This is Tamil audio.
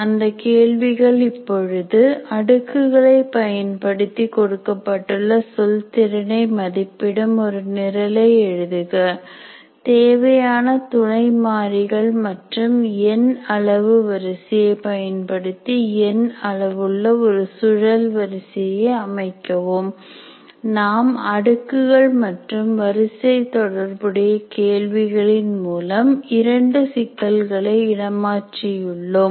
அந்த கேள்விகள் இப்பொழுது • அடுக்குகளை பயன்படுத்தி கொடுக்கப்பட்ட சொல் திறனை மதிப்பிடும் ஒரு நிரலை எழுதுக • தேவையான துணை மாறிகள் மற்றும் n அளவு வரிசையை பயன்படுத்தி n அளவுள்ள ஒரு சுழல் வரிசையை அமைக்கவும் நாம் அடுக்குகள் மற்றும் வரிசை தொடர்புடைய கேள்விகளின் மூலம் இரண்டு சிக்கல்களை இட மாற்றியுள்ளோம்